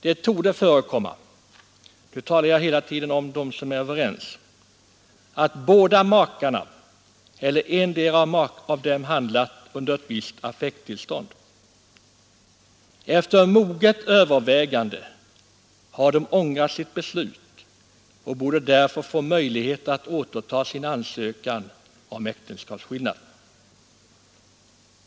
Det torde Nr 105 Onsdagen den makarna eller endera av dem handlat i ett visst affekttillstånd. Efter 30 maj 1973 moget övervägande har de ångrat sitt beslut och borde därför få möjligheter att återta sin ansökan om äktenskapsskillnad.